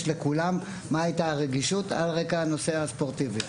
לכולם מה היתה הרגישות על רקע הנושא הספורטיבי.